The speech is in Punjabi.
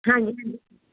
ਹਾਂਜੀ ਹਾਂਜੀ